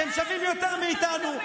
שהם שווים יותר מאיתנו.